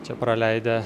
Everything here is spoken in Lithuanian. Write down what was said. čia praleidę